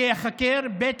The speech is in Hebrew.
להיחקר, ב.